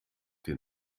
den